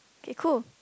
okay cool